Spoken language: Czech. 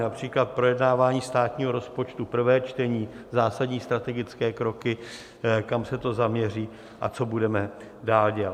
Například projednávání státního rozpočtu, prvé čtení, zásadní strategické kroky, kam se to zaměří a co budeme dál dělat.